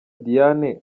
diane